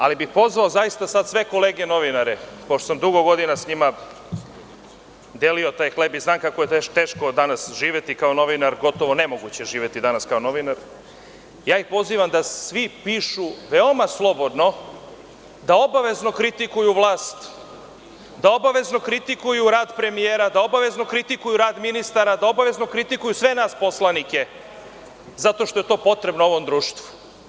Zaista bih sada pozvao sve kolege novinare, pošto sam dugo godina s njima delio taj hleb i znam kako je teško danas živeti kao novinar, gotovo je nemoguće živeti danas kao novinar, pa ih ja pozivam da svi pišu veoma slobodno, da obavezno kritikuju vlast, da obavezno kritikuju rad premijera, da obavezno kritikuju rad ministara, da obavezno kritikuju sve nas poslanike, zato što je to potrebno ovom društvu.